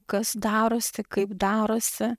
kas darosi kaip darosi